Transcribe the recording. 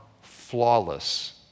flawless